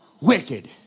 Wicked